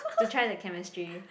to try the chemistry